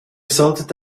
solltet